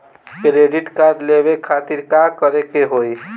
Credit card लेवे खातिर का करे के होई?